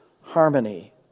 Harmony